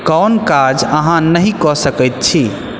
कोन काज अहाँ नहि कऽ सकैत छी